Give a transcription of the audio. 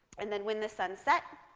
and then when the sun set,